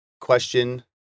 question